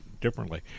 differently